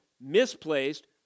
misplaced